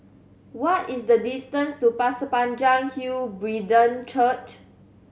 what is the distance to Pasir Panjang Hill Brethren Church